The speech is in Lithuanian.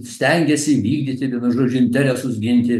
stengiasi vykdyti vienu žodžiu interesus ginti